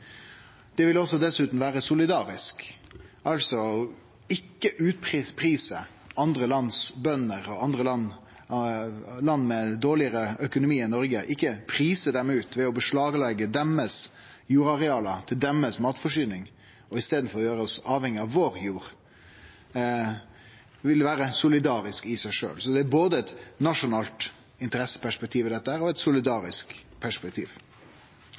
Det vil dessutan vere solidarisk å ikkje prise ut bønder i andre land med dårlegare økonomi enn Noreg, ved å leggje beslag på deira jordareal til deira matforsyning. I staden ville det å gjere oss avhengige av vår jord vere solidarisk i seg sjølv. Så det er både eit nasjonalt interesseperspektiv og eit solidarisk perspektiv i dette. Så kan ein seie at problemet her